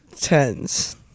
tens